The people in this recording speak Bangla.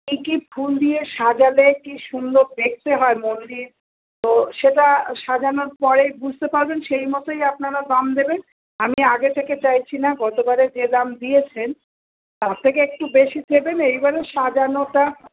কী কী ফুল দিয়ে সাজালে কী সুন্দর দেখতে হয় মন্দির তো সেটা সাজানোর পরেই বুঝতে পারবেন সেইমতোই আপনারা দাম দেবেন আমি আগে থেকে চাইছি না গতবারে যে দাম দিয়েছেন তার থেকে একটু বেশি দেবেন এইবারে সাজানোটা